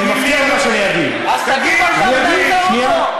על מה אתה מדבר צבוע?